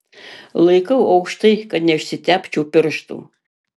laikau aukštai kad neišsitepčiau pirštų